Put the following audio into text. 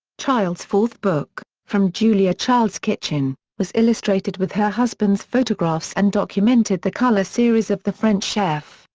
child's fourth book, from julia child's kitchen, was illustrated with her husband's photographs and documented the color series of the french chef,